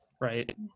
right